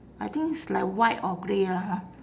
I think it's like white or grey lah ha